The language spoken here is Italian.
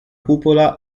cupola